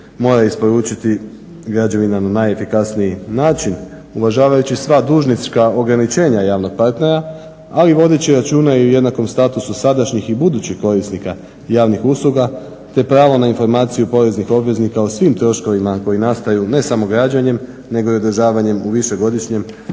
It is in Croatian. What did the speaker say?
mora isporučiti građevina na najefikasniji način, uvažavajući sva dužnička ograničenja javnog partnera, ali vodeći računa i o jednakom statusu sadašnjih i budućih korisnika javnih usluga te prava na informaciju poreznih obveznika o svim troškovima koji nastaju ne samo građenjem nego i održavanjem u višegodišnjem